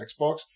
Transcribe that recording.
Xbox